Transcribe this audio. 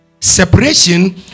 Separation